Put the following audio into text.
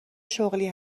شغلی